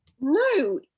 No